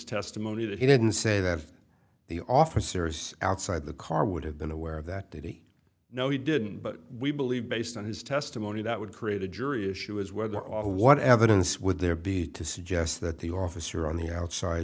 testimony that he didn't say that the officers outside the car would have been aware of that that he no he didn't but we believe based on his testimony that would create a jury issue is whether or what evidence would there be to suggest that the officer on the outside